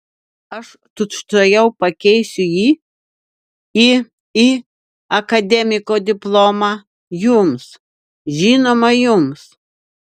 aš tučtuojau pakeisiu jį į į akademiko diplomą jums žinoma jums